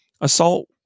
assault